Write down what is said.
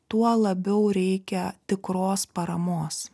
tuo labiau reikia tikros paramos